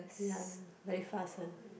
ya very fast one